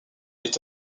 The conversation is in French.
est